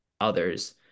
others